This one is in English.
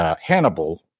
Hannibal